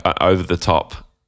over-the-top